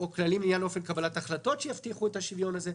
או כללים לעניין אופן קבלת החלטות שיבטיחו את השוויון הזה,